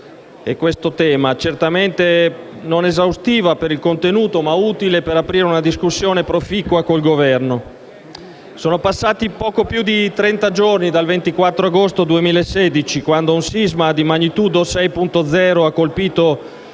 relativo tema, certamente non esaustiva per il contenuto ma utile per aprire una discussione proficua con il Governo. Sono passati poco più di trenta giorni dal 24 agosto 2016, quando un sisma di magnitudo 6.0 ha colpito